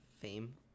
fame